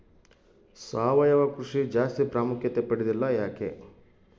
ಸಾವಯವ ಕೃಷಿ ಜಾಸ್ತಿ ಪ್ರಾಮುಖ್ಯತೆ ಪಡೆದಿಲ್ಲ ಯಾಕೆ?